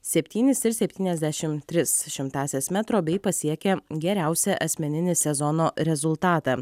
septynis ir septyniasdešim tris šimtąsias metro bei pasiekė geriausią asmeninį sezono rezultatą